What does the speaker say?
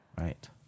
Right